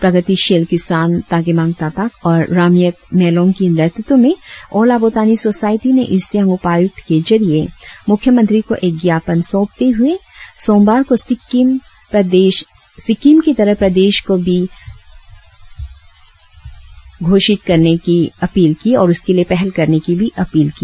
प्रगतिशिल किसान तागेमांग ताताक और रामयेक मेलोंग की नेतृत्व में ऑल आबोतानी सोसायटी ने ईस्ट सियांग उपायुक्त के जरिए मुख्यमंत्री को एक ज्ञापन सौंपते हुए सोमवार को सिक्किम प्रदेश घोषित करने के लिए पहल करने की अपील की